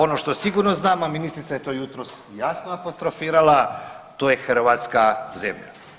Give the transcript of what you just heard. Ono što sigurno znam, a ministrica je to jutros jasno apostrofirala to je hrvatska zemlja.